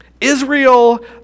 Israel